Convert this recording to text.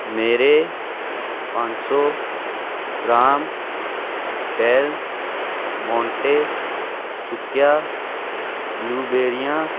ਮੇਰੇ ਪੰਜ ਸੌ ਗ੍ਰਾਮ ਡੈਲ ਮੋਂਟੇ ਸੁੱਕਿਆਂ ਬਲੂਬੇਰੀਆਂ